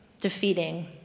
defeating